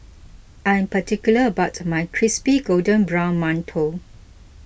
I am particular about my Crispy Golden Brown Mantou